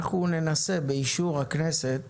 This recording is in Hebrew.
ננסה באישור הכנסת